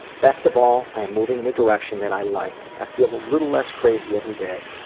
best of all i am moving in a direction that i like. i feel a little less crazy every day.